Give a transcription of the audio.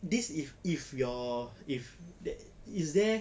this if if your if there is there